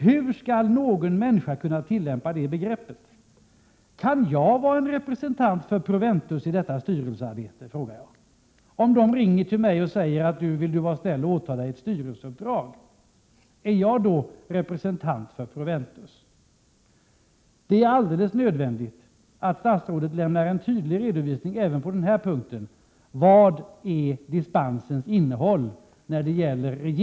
Hur skall någon människa kunna tillämpa det begreppet? Kan jag vara en representant för Proventus i detta styrelsearbete?, frågar jag mig. Om man ringer till mig och ber mig vara vänlig att åta mig ett styrelseuppdrag, är jag då representant för Proventus? Det är alldeles nödvändigt att statsrådet lämnar en tydlig redovisning även på denna punkt: Vad är enligt regeringens uppfattning dispensens innehåll? Min uppfattning Prot.